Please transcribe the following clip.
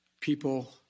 people